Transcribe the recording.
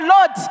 Lord